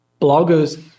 bloggers